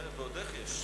ועוד איך יש.